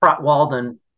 Walden